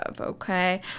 Okay